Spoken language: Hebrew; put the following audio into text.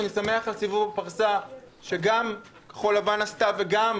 אני שמח על סיבוב פרסה שגם כחול לבן עשתה וגם,